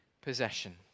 possession